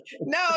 No